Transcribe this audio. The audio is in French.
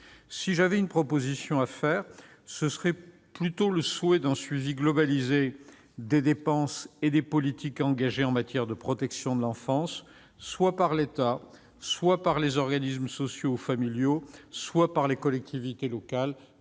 à l'enfance en général. Je souhaite qu'il y ait un suivi globalisé des dépenses et des politiques engagées en matière de protection de l'enfance, soit par l'État, soit par les organismes sociaux ou familiaux, soit par les collectivités locales.